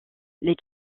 les